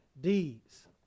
deeds